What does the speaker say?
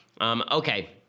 Okay